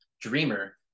DREAMER